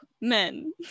men